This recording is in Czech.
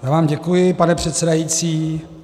Já vám děkuji, pane předsedající.